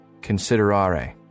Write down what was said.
considerare